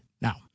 now